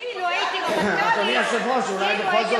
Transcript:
אילו הייתי רמטכ"לית זה היה נראה אחרת.